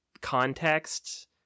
context